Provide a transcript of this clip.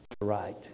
Right